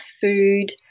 food